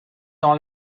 dans